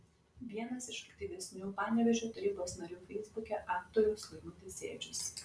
vienas iš aktyvesnių panevėžio tarybos narių feisbuke aktorius laimutis sėdžius